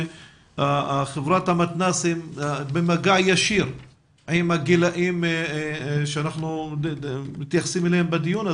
שחברת המתנ"סים במגע ישיר עם הגילים בהם אנחנו מתמקדים בדיון הזה.